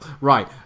Right